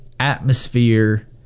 Atmosphere